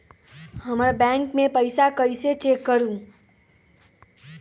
हमर बैंक में पईसा कईसे चेक करु?